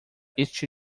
este